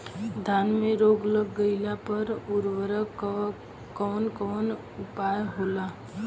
धान में रोग लग गईला पर उकर कवन कवन उपाय होखेला?